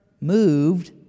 moved